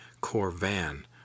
Corvan